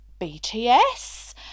BTS